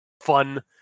fun